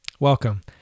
Welcome